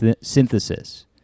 synthesis